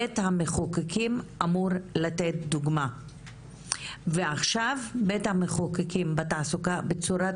בית המחוקקים אמור לתת דוגמא ועכשיו בית המחוקקים בצורת